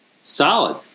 Solid